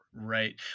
right